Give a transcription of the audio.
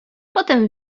potem